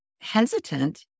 hesitant